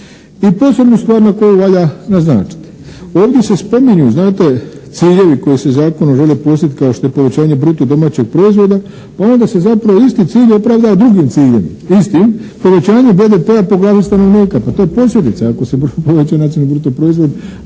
I posebnu stvar koju valja naznačiti. Ovdje se spominju znate ciljevi koji se zakonom žele postići kao što je povećanje bruto domaćeg proizvoda pa onda se zapravo isti cilj opravdava drugim ciljem istim, povećanje BDP-a po glavi stanovnika, pa to je posljedica ako se poveća nacionalni brutoproizvod